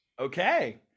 Okay